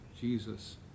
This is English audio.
Jesus